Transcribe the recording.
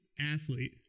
athlete